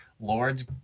Lords